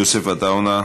מוותר, יוסף עטאונה,